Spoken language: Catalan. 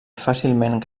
fàcilment